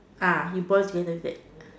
ah you boil together with that